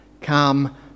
Come